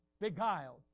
beguiled